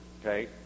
okay